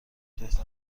بهتر